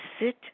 sit